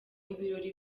ibirori